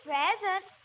Present